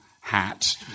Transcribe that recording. hat